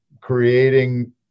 creating